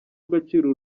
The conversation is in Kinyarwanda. agaciro